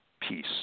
peace